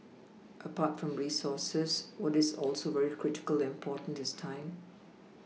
apart from resources what is also very critical and important is time